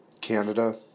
Canada